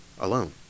alone